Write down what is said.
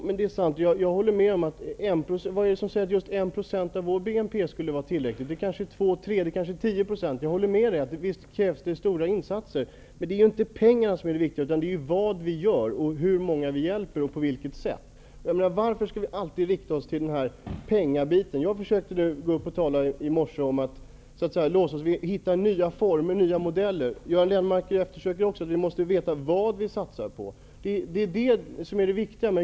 Herr talman! Vad är det som säger att just 1 %av vår BNP skulle vara tillräckligt? Det behövs kanske 2 eller 3 eller rent av 10 %. Jag håller med Ingela Mårtensson om att det krävs stora insatser. Men det är ju inte pengarna som är det viktiga, utan det är vad vi gör med pengarna, hur många vi hjälper och på vilket sätt vi gör det. Varför skall vi alltid fixera oss vid anslagets storlek? Jag talade i morse om att vi måste finna nya former och nya modeller för biståndet. Det gjorde även Göran Lennmarker. Vi måste veta vad vi satsar på.